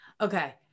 Okay